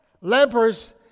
lepers